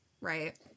right